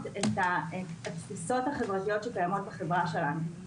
את התפיסות החברתיות שקיימות בחברה שלנו.